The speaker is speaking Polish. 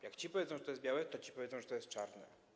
Jak ci powiedzą, że to jest białe, to ci powiedzą, że to jest czarne.